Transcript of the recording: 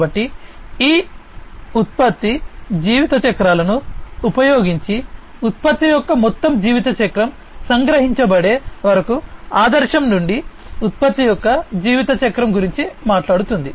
కాబట్టి ఈ ఉత్పత్తి జీవిత చక్రాలను ఉపయోగించి ఉత్పత్తి యొక్క మొత్తం జీవితచక్రం సంగ్రహించబడే వరకు ఆదర్శం నుండి ఉత్పత్తి యొక్క జీవితచక్రం గురించి మాట్లాడుతుంది